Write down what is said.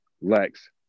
Lex